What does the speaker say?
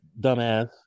dumbass